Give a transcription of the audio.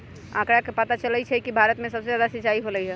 आंकड़ा से पता चलई छई कि भारत में सबसे जादा सिंचाई होलई ह